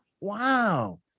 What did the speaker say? Wow